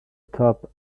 top